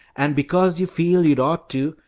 and because you feel you'd ought to,